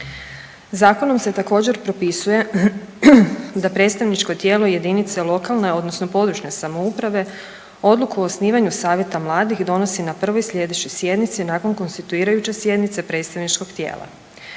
Zakonom se također, propisuje da predstavničko tijelo jedinice lokalne odnosno područne samouprave odluku o osnivanju savjeta mladih donosi na prvoj sljedećoj sjednici nakon konstituirajuće sjednice predstavničkog tijela,